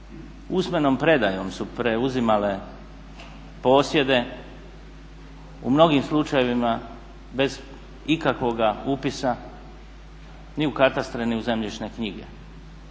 usmenom predajom su preuzimale posjede, u mnogim slučajevima bez ikakvoga upisa ni u katastre ni u zemljišne knjige.